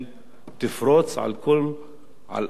על אף כל מה שאמרתי.